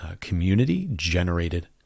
community-generated